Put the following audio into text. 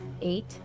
Eight